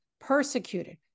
persecuted